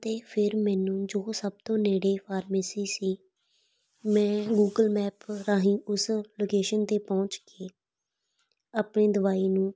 ਅਤੇ ਫਿਰ ਮੈਨੂੰ ਜੋ ਸਭ ਤੋਂ ਨੇੜੇ ਫਾਰਮੇਸੀ ਸੀ ਮੈਂ ਗੂਗਲ ਮੈਪ ਰਾਹੀਂ ਉਸ ਲੋਕੇਸ਼ਨ 'ਤੇ ਪਹੁੰਚ ਕੇ ਆਪਣੀ ਦਵਾਈ ਨੂੰ